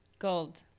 Gold